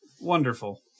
Wonderful